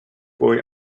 boy